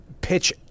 pitch